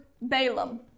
Balaam